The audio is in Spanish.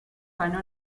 ganó